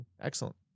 Excellent